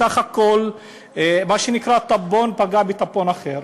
בסך הכול מה שנקרא טמבון פגע בטמבון אחר,